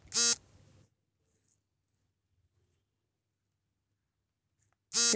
ಕೃಷಿ ಸಂಬಂಧಿತ ಉತ್ಪನ್ನಗಳ ಮಾರಾಟ ಮಾಡಲು ಇ ಕಾಮರ್ಸ್ ವೇದಿಕೆ ರೈತರಿಗೆ ಯಾವ ರೀತಿ ಅನುಕೂಲ ನೀಡಿದೆ?